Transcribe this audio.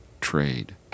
trade